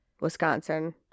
Wisconsin